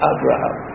Abraham